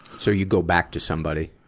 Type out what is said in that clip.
so, you'd go back to somebody.